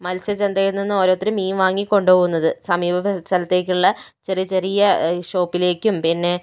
മത്സ്യച്ചന്തയിൽ നിന്ന് ഓരോരുത്തർ മീൻ വാങ്ങി കൊണ്ടുപോവുന്നത് സമീപസ്ഥലത്തേയ്ക്കുള്ള ചെറിയ ചെറിയ ഈ ഷോപ്പിലേയ്ക്കും പിന്നെ